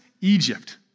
Egypt